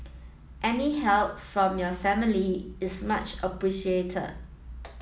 any help from your family is much appreciated